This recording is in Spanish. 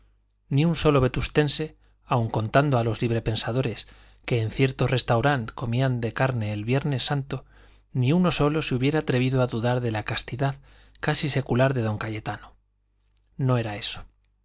ni un solo vetustense aun contando a los librepensadores que en cierto restaurant comían de carne el viernes santo ni uno solo se hubiera atrevido a dudar de la castidad casi secular de don cayetano no era eso